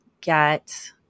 get